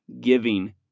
giving